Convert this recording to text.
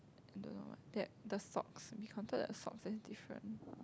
don't know what that the socks we counted the socks as different